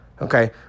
Okay